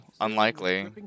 unlikely